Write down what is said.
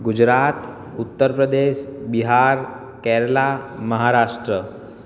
Gujarat Uttar Pradesh Bihar Kerala Maharashtra